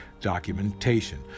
documentation